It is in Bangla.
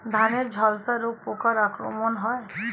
ধানের ঝলসা রোগ পোকার আক্রমণে হয়?